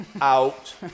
out